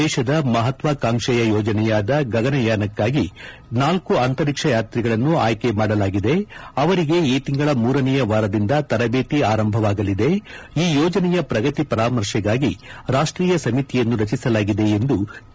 ದೇಶದ ಮಹತ್ವಾಕಾಂಕ್ಷೆಯ ಯೋಜನೆಯಾದ ಗಗನಯಾನಕ್ಕಾಗಿ ನಾಲ್ಕು ಅಂತರಿಕ್ಷ ಯಾತ್ರಿಗಳನ್ನು ಆಯ್ಕೆ ಮಾಡಲಾಗಿದೆ ಅವರಿಗೆ ಈ ತಿಂಗಳ ಮೂರನೆಯ ವಾರದಿಂದ ತರಬೇತಿ ಆರಂಭವಾಗಲಿದೆ ಈ ಯೋಜನೆಯ ಪ್ರಗತಿ ಪರಾಮರ್ಶೆಗಾಗಿ ರಾಷ್ಟೀಯ ಸಮಿತಿಯನ್ನು ರಚಿಸಲಾಗಿದೆ ಎಂದು ಕೆ